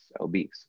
obese